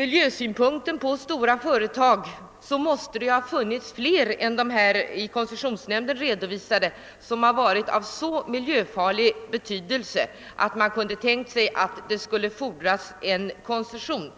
miljöaspekterna på stora företag måste det ha funnits flera fall än de av koncessionsnämnden redovisade som varit av så miljöfarlig beskaffenhet, att man kunde tänka sig att det skulle fordras koncession.